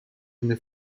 any